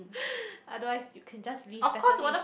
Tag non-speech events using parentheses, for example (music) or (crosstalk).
(breath) otherwise you can just leave pettily